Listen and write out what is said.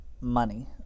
Money